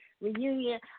reunion